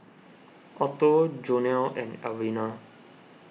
Otto Jonell and Alvena